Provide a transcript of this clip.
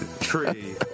tree